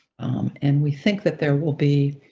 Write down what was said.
and we think that there will be,